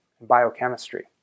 biochemistry